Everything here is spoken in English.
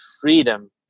freedom